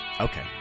okay